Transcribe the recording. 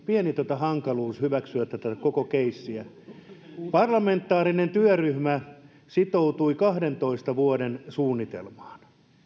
pieni hankaluus hyväksyä tätä koko keissiä parlamentaarinen työryhmä sitoutui kahdentoista vuoden suunnitelmaan